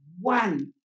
one